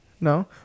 No